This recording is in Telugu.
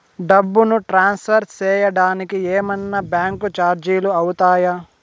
డబ్బును ట్రాన్స్ఫర్ సేయడానికి ఏమన్నా బ్యాంకు చార్జీలు అవుతాయా?